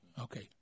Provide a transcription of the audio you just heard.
Okay